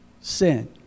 sin